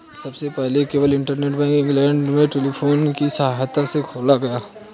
सबसे पहले केवल इंटरनेट बैंक इंग्लैंड में टेलीफोन की सहायता से खोला गया